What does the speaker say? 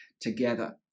together